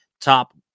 top